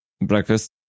breakfast